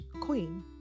queen